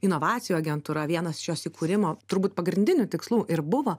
inovacijų agentūra vienas šios įkūrimo turbūt pagrindinių tikslų ir buvo